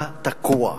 אתה תקוע.